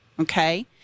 Okay